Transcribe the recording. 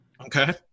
Okay